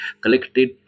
collected